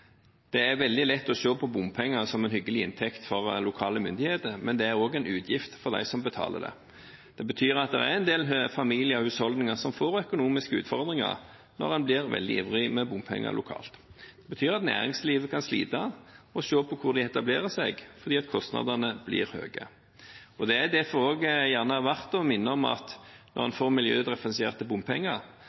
Det er veldig lett å se på bompenger som en hyggelig inntekt for lokale myndigheter, men det er også en utgift for dem som betaler. Det betyr at det er en del familier og husholdninger som får økonomiske utfordringer når en blir veldig ivrig med å kreve inn bompenger lokalt. Det betyr også at næringslivet kan slite og se på hvor de etablerer seg, fordi kostnadene blir høye. Det er derfor også verdt å minne om at når en får miljødifferensierte bompenger,